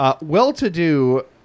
Well-to-do